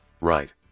Right